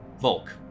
Volk